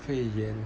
肺炎